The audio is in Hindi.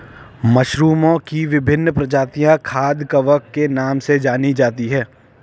मशरूमओं की विभिन्न प्रजातियां खाद्य कवक के नाम से जानी जाती हैं